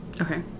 Okay